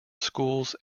schools